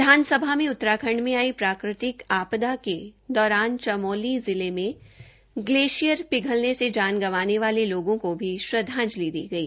विधानसभा में उत्तराखंड में आई प्राकृतिक आपदा के दौरान चमोली जिले में ग्लेशियर पिघलने से जान गंवाने वाले लोगों को भी श्रद्धाजंति दी गई